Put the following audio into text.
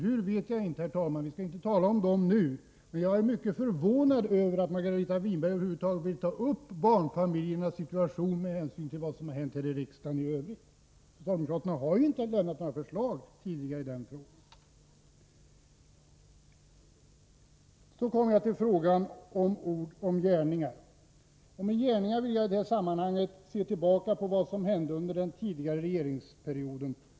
Hur vet jag inte, herr talman. Vi skall inte tala om dem nu, men jag är mycket förvånad över att Margareta Winberg med hänsyn till vad som har hänt här i riksdagen i övrigt över huvud taget vill ta upp barnfamiljernas situation. Socialdemokraterna har ju inte lämnat något förslag i den frågan. Så kommer jag till gärningar. I det sammanhanget vill jag se tillbaka på vad som hände under den tidigare regeringsperioden.